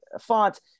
font